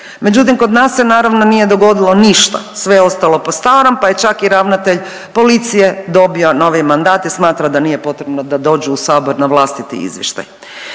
međutim kod nas se naravno nije dogodilo ništa, sve je ostalo po starom, pa je čak i ravnatelj policije dobio novi mandat i smatra da nije potrebno da dođu u sabor na vlastiti izvještaj.